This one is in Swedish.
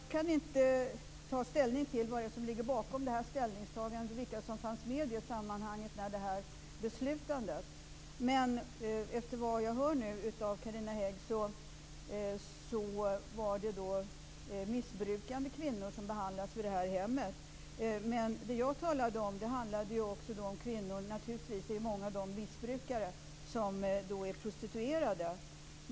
Herr talman! Jag kan inte ta ställning till vad som ligger bakom det här ställningstagandet och vilka som fanns med i sammanhanget när det här beslutades. Efter vad jag nu hör från Carina Hägg var det missbrukande kvinnor som behandlas på hemmet. Det jag talade om handlade också om kvinnor - och naturligtvis är många av dem missbrukare - som är prostituerade.